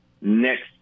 next